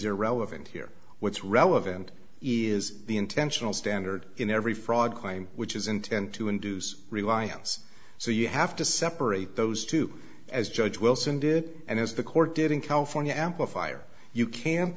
irrelevant here what's relevant is the intentional standard in every fraud claim which is intent to induce reliance so you have to separate those two as judge wilson did and as the court did in california amplifier you can't